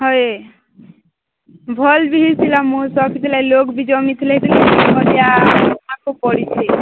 ହଏ ଭଲ୍ ବି ହେଇଥିଲା ମୋର୍ ଲୋକ୍ ବି ଜମି ଥିଲେ ପଡ଼ିଛି